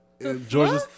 Georgia